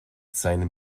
seinem